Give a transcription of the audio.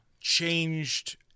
changed